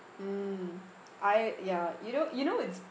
mm I ya you know you know it's